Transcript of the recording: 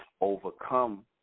overcome